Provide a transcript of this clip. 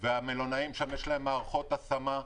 למלונאים יש מערכות השמה,